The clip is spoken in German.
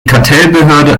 kartellbehörde